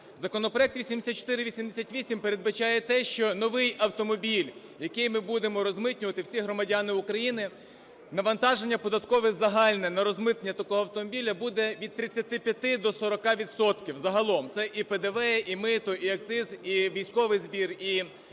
Законопроект 8488 передбачає те, що новий автомобіль, який ми будемо розмитнювати, всі громадяни України, навантаження податкове загальне на розмитнення такого автомобіля буде від 35 до 40 відсотків загалом. Це і ПДВ, і мито, і акциз, і військовий збір, і